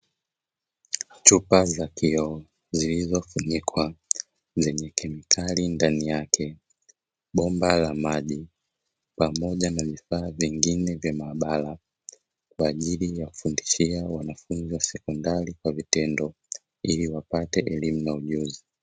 Chupa za kioo zilizofunikwa zenye kemikali ndani yake, bomba la maji pamoja na vifaa vingine vya maabara kwa ajili ya kufundishia wanafunzi wa sekondari kwa vitendo, ili wapate elimu na ujuzi.